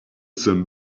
some